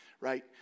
right